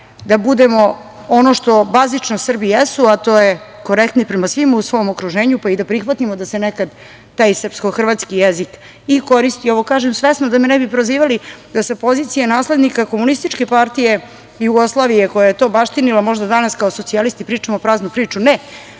da budemo ono što bazično Srbi jesu, a to je korektni prema svima u svom okruženju, pa i da prihvatimo da se nekad taj srpsko-hrvatski jezik i koristi. Ovo kažem svesno da me ne bi prozivali da sa pozicije naslednika komunističke partije Jugoslavije koja je to baštinila, možda danas kao socijalisti pričamo praznu priču, ne,